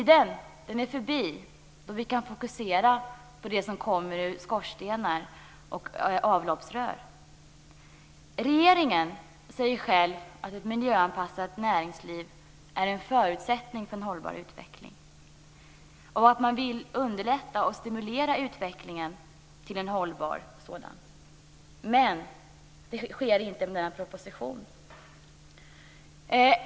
Den tid är förbi då vi kunde fokusera på det som kommer ur skorstenar och avloppsrör. Regeringen säger själv att ett miljöanpassat näringsliv är en förutsättning för en hållbar utveckling och att man vill underlätta och stimulera utvecklingen till en hållbar sådan. Men det sker inte med denna proposition.